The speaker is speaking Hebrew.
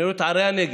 אני רואה את ערי הנגב,